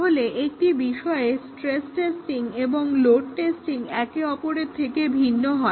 তাহলে একটি বিষয়ে স্ট্রেস টেস্টিং এবং লোড টেস্টিং একে অপরের থেকে ভিন্ন হয়